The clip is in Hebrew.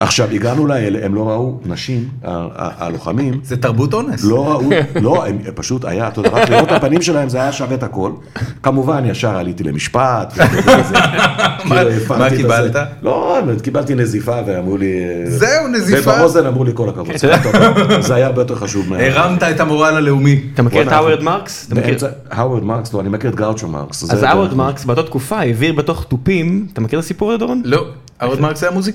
עכשיו, הגענו לאלה, הם לא ראו נשים, הלוחמים. - זה תרבות אונס. - לא ראו, לא, פשוט היה, אתה יודע, רק לראות הפנים שלהם, זה היה שווה את הכל. כמובן, ישר עליתי למשפט, וכו', וכו', וכו'. - מה קיבלת? - לא, קיבלתי נזיפה, ואמרו לי... - זהו, נזיפה? - באוזן אמרו לי כל הכבוד. כן, אתה יודע, זה היה הרבה יותר חשוב מה... הרמת את המורל הלאומי. - אתה מכיר את האוורד מרקס? אתה מכיר? - האורד מרקס, לא, אני מכיר את גאוטרו מרקס. אז האורד מרקס, באותה תקופה, העביר בתוך תופים, אתה מכיר את הסיפור אדון? - לא, האורד מרקס היה מוזיקאי.